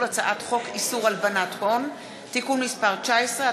הצעת חוק איסור הלבנת הון (תיקון מס' 19),